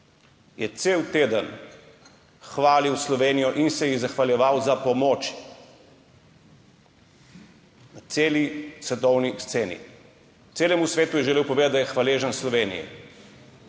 je cel teden hvalil Slovenijo in se ji zahvaljeval za pomoč na celi svetovni sceni. Celemu svetu je želel povedati, da je hvaležen Sloveniji.